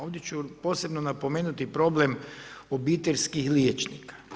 Ovdje ću posebno napomenuti problem obiteljskih liječnika.